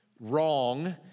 wrong